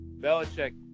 Belichick